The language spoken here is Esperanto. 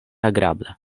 agrabla